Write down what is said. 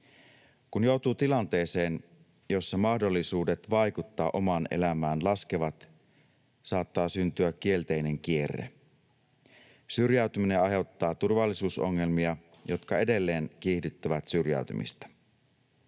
Kun joutuu tilanteeseen, jossa mahdollisuudet vaikuttaa omaan elämään laskevat, saattaa syntyä kielteinen kierre. Syrjäytyminen aiheuttaa turvallisuusongelmia, jotka edelleen kiihdyttävät syrjäytymistä.